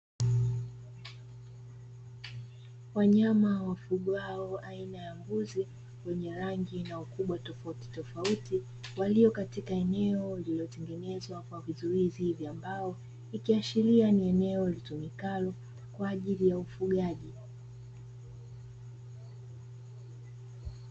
Wanyama wafugwao aina ya mbuzi wenye rangi na ukubwa tofautitofauti, walio katika eneo lililotengenezwa kwa vizuizi vya mbao, ikiashiria ni eneo litumikalo kwaajili ya ufugaji.